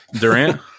Durant